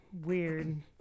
weird